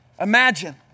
Imagine